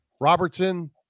Robertson